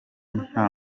nta